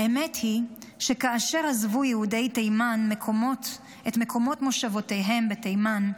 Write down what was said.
האמת היא שכאשר עזבו יהודי תימן את מקומות מושבותיהם בתימן,